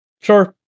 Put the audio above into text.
Sure